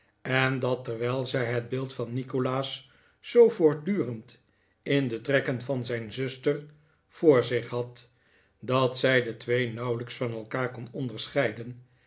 en dat terwijl zij het beeld van nikolaas zoo voortdurend in de trekken van zijn zuster voor zich had dat zij de twee nauwelijks van elkaar kon onderscheiden